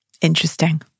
Interesting